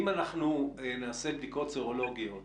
אם אנחנו נעשה בדיקות סרולוגיות